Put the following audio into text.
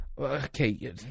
Okay